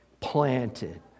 planted